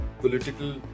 Political